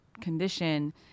condition